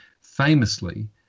famously